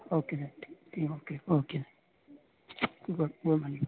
okay sir ٹھیک okay okay good good morning